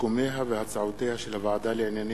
סיכומיה והצעותיה של הוועדה לענייני